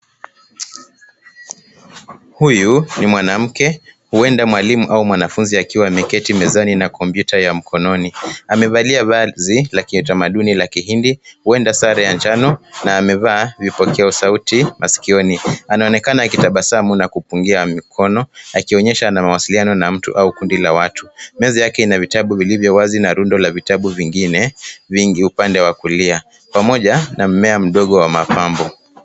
Huyu ni mwanamke huenda mwalimu ama mwanafunzi akiwa ameketi mezani na kompyuta ya mkononi. Amevalia vazi la kitamaduni la kihindi huenda sare ya njano na amevaa vipokea sauti masikioni. Anaonekana akitabasamu na kupungia mikono akionyesha ana wasiliana na mtu au kundi la watu. Meza yake ina vitabu vilivyo wazi na rundo la vitabu vingine vingi kwa upande wa kulia pamoja na mmea mdogo wa mapambo.